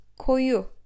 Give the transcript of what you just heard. koyu